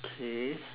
okay